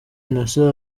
innocent